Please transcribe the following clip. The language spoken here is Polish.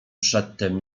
przedtem